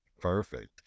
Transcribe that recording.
Perfect